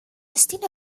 estilo